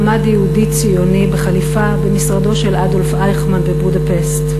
עמד יהודי ציוני בחליפה במשרדו של אדולף אייכמן בבודפשט.